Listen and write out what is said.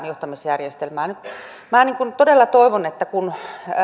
johtamisjärjestelmää selkeytetään minä todella toivon että kun